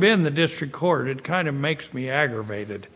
been the district court it kind of makes me aggravated